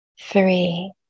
three